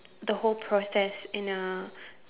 the whole process in a